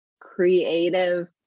creative